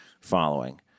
following